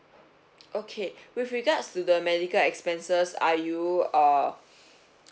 okay with regards to the medical expenses are you uh